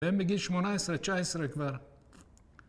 ומגיל שמונה עשרה, תשע עשרה כבר.